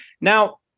now